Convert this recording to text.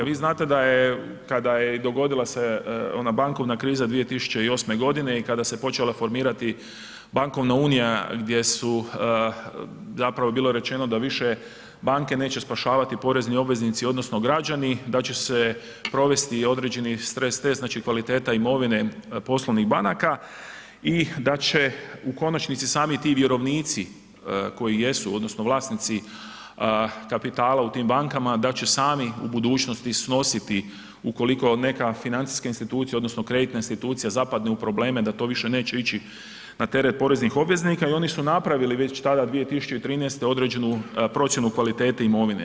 Vi znate da je, kada je i dogodila se ona bankovna kriza 2008.g. i kada se počela formirati bankovna unija gdje su, zapravo bilo je rečeno da više banke neće spašavati porezni obveznici odnosno građani, da će se provesti određeni stres test, znači kvaliteta imovine poslovnih banaka i da će u konačnici sami i ti vjerovnici koji jesu odnosno vlasnici kapitala u tim bankama, da će sami u budućnosti snositi ukoliko neka financijska institucija odnosno kreditna institucija zapadne u probleme da to više neće ići na teret poreznih obveznika i oni su napravili već tada 2013. određenu procjenu kvalitete imovine.